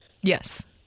Yes